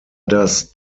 das